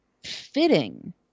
fitting